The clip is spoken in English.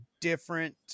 different